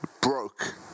broke